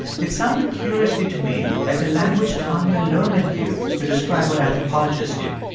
it sounded curiously to me like the language tanya luhrmann used to describe what anthropologists do.